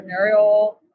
entrepreneurial